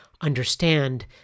understand